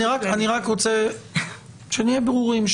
אני רק רוצה שנהיה ברורים,